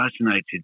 fascinated